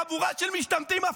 חבורה של משתמטים.